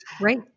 right